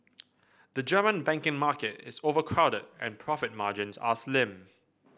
the German banking market is overcrowded and profit margins are slim